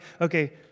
Okay